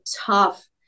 tough